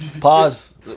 Pause